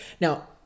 now